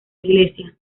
iglesia